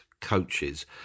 coaches